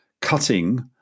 cutting